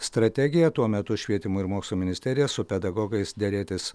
strategiją tuo metu švietimo ir mokslo ministerija su pedagogais derėtis